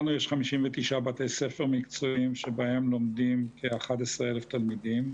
לנו יש 59 בתי ספר מקצועיים שבהם לומדים כ-11,000 תלמידים.